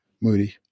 Moody